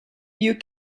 you